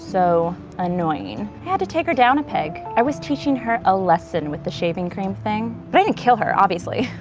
so annoying. i had to take her down a peg. i was teaching her a lesson with the shaving cream thing. but i didn't kill her obviously.